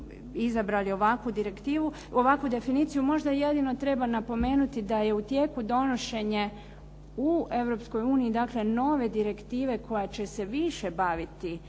izabrali ovakvu direktivu, ovakvu definiciju, možda jedino treba napomenuti da je u tijeku donošenje u Europskoj uniji dakle nove direktive koja će se više baviti